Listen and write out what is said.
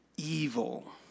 Evil